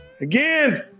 again